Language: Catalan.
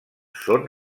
són